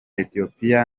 ethiopia